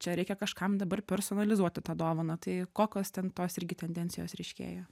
čia reikia kažkam dabar personalizuoti tą dovaną tai kokios ten tos irgi tendencijos ryškėja